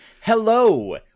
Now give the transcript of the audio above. hello